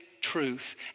truth